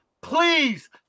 Please